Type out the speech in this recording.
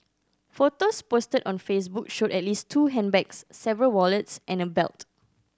photos posted on Facebook showed at least two handbags several wallets and a belt